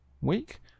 week